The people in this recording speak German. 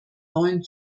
neuen